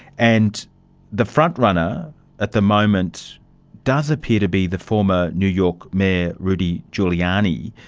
and the front runner at the moment does appear to be the former new york mayor rudy giuliani.